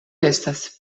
estas